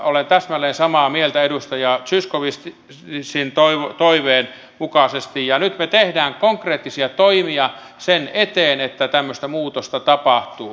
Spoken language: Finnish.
olen täsmälleen samaa mieltä edustaja zyskowiczin toiveen mukaisesti ja nyt me teemme konkreettisia toimia sen eteen että tämmöistä muutosta tapahtuu